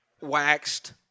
Waxed